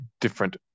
different